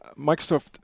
Microsoft